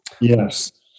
yes